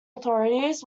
authorities